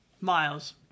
Miles